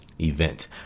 event